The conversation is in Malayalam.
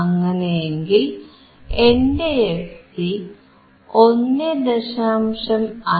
അങ്ങനെയെങ്കിൽ എന്റെ fc 1